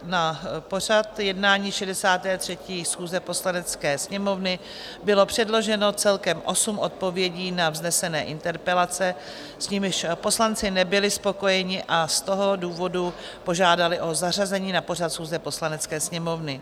Na pořad jednání 63. schůze Poslanecké sněmovny bylo předloženo celkem osm odpovědí na vznesené interpelace, s nimiž poslanci nebyli spokojeni, a z toho důvodu požádali o zařazení na pořad schůze Poslanecké sněmovny.